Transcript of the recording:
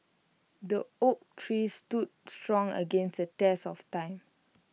the oak tree stood strong against the test of time